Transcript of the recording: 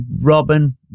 Robin